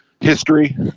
history